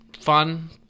fun